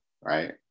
right